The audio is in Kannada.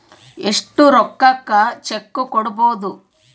ಎಷ್ಟು ರೊಕ್ಕಕ ಚೆಕ್ಕು ಕೊಡುಬೊದು